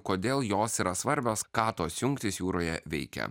kodėl jos yra svarbios ką tos jungtys jūroje veikia